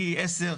מ-עשר,